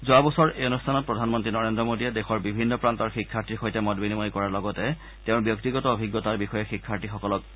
যোৱা বছৰ পৰীক্ষা পে চৰ্চাত প্ৰধানমন্ত্ৰী নৰেন্দ্ৰ মোডীয়ে দেশৰ বিভিন্ন প্ৰান্তৰ শিক্ষাৰ্থীৰ সৈতে মত বিনিময় কৰাৰ লগতে তেওঁৰ ব্যক্তিগত অভিজ্ঞতাৰ বিষয়ে শিক্ষাৰ্থীসকলক জানিবলৈ দিছিল